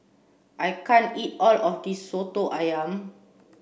I can't eat all of this Soto Ayam